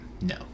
No